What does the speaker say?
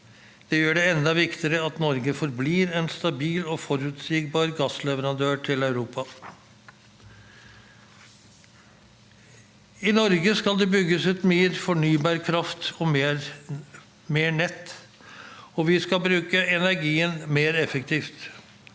Det gjør det enda viktigere at Norge forblir en stabil og forutsigbar gassleverandør til Europa. I Norge skal det bygges ut mer fornybar kraft og mer nett, og vi skal bruke energien mer effektivt.